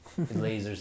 Lasers